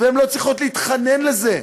והן לא צריכות להתחנן לזה,